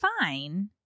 fine